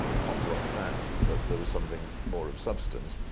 pop rock band, but there was something more of substance.